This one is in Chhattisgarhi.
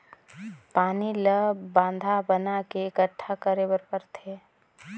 पानी ल बांधा बना के एकटठा करे बर परथे